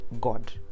God